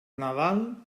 nadal